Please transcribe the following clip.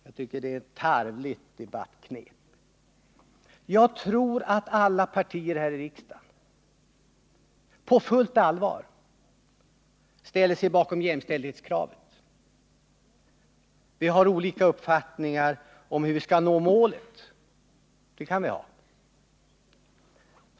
Jag tycker att det är ett vårdslöst debattknep. Jag tror att alla partier här i riksdagen på fullt allvar ställer sig bakom jämställdhetskravet. Vi har bara olika uppfattningar om hur vi skall nå målet.